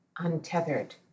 untethered